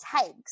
takes